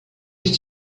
did